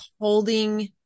holding